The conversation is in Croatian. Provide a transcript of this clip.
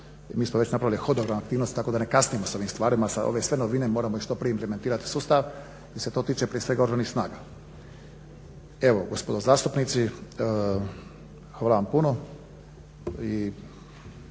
Mi smo već napravili hodogram aktivnosti tako da ne kasnimo s ovim stvarima. Ove sve novine moramo što prije implementirati u sustav jer se to tiče prije svega Oružanih snaga. Evo gospodo zastupnici hvala vam puno